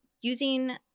using